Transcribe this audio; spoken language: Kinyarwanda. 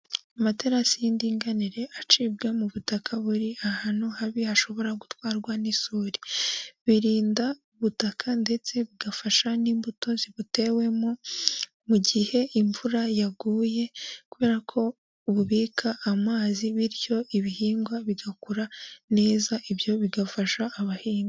Amaterasi y'indinganire acibwa mu butaka buri ahantu habi hashobora gutwarwa n'isuri, birinda ubutaka ndetse bigafasha n'imbuto zibutewemo mu gihe imvura yaguye kubera ko bubika amazi bityo ibihingwa bigakora neza ibyo bigafasha abahinzi.